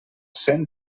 cent